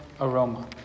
aroma